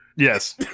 Yes